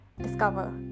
discover